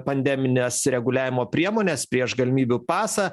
pandemines reguliavimo priemones prieš galimybių pasą